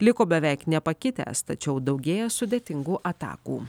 liko beveik nepakitęs tačiau daugėja sudėtingų atakų